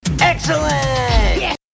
Excellent